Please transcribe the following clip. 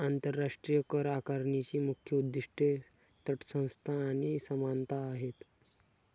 आंतरराष्ट्रीय करआकारणीची मुख्य उद्दीष्टे तटस्थता आणि समानता आहेत